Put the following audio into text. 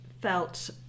felt